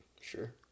sure